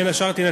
בין השאר,